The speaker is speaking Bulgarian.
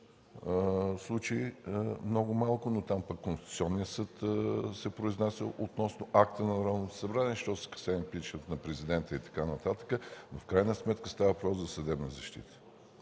случаи, но там пък Конституционният съд се произнася относно акта на Народното събрание, що се касае до импийчмънт на президента и така нататък. В крайна сметка става въпрос за съдебна защита.